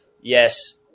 Yes